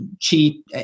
cheap